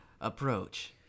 approach